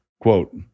Quote